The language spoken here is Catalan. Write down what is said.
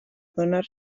donar